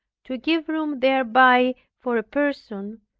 to give room thereby for a person,